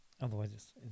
Otherwise